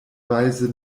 weise